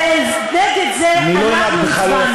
ונגד זה אנחנו הצבענו.